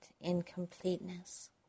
incompleteness